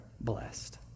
blessed